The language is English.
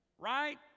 Right